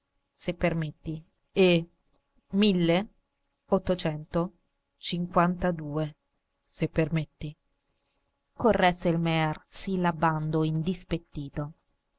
se permetti e mille ottocento cinquantadue se permetti corresse il mear sillabando indispettito